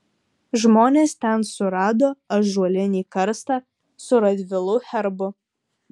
žmonės ten surado ąžuolinį karstą su radvilų herbu